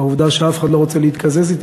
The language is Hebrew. והעובדה שאף אחד לא רוצה להתקזז אתי,